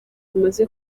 amaze